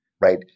right